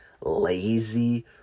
lazy